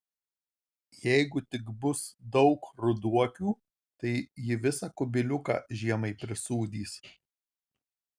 jeigu tik bus daug ruduokių tai ji visą kubiliuką žiemai prisūdys